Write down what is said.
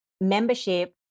membership